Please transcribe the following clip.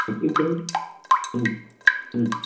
हिकु ई कि हम्म